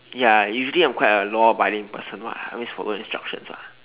ya usually I'm quite a law abiding person [what] I always follow instructions lah